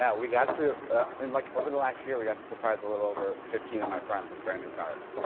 yeah we got to ah and like, over the last year, we got to surprise a little over fifteen of my friends with brand new cars.